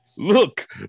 Look